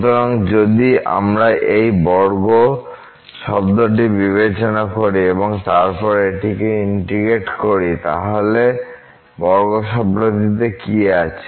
সুতরাং যদি আমরা এই বর্গ শব্দটি বিবেচনা করি এবং তারপর এটিকে ইন্টিগ্রেট করি তাহলে এই বর্গ শব্দটিতে কী আছে